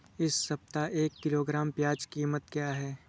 इस सप्ताह एक किलोग्राम प्याज की कीमत क्या है?